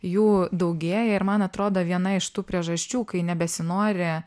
jų daugėja ir man atrodo viena iš tų priežasčių kai nebesinori